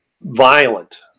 violent